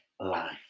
life